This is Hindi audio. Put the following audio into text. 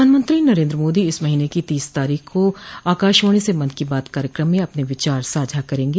प्रधानमंत्री नरेन्द्र मोदी इस महीने की तीस तारीख को आकाशवाणी से मन की बात कार्यक्रम में अपने विचार साझा करेंगे